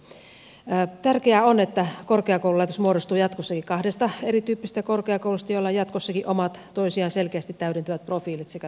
tärkeää on että korkeakoululaitos muodostuu jatkossakin kahdesta erityyppisestä korkeakoulusta joilla on jatkossakin omat toisiaan selkeästi täydentävät profiilit sekä tutkinnot